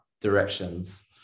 directions